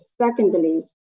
secondly